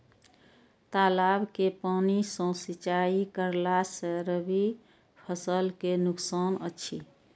तालाब के पानी सँ सिंचाई करला स रबि फसल के नुकसान अछि?